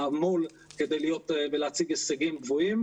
נעמול כדי להיות ולהציג הישגים גבוהים,